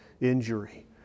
injury